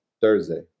Thursday